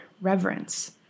reverence